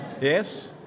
Yes